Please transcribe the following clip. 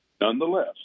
Nonetheless